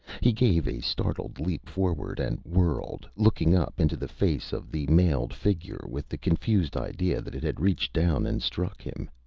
he gave a startled leap forward, and whirled, looking up into the face of the mailed figure with the confused idea that it had reached down and struck him.